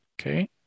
Okay